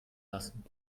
lassen